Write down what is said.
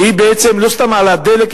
שהיא בעצם לא סתם העלאת מחיר הדלק,